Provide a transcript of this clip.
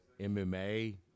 mma